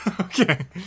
okay